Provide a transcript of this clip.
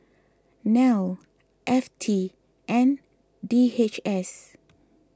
Nel F T and D H S